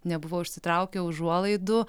nebuvo išsitraukę užuolaidų